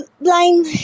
Blind